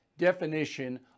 definition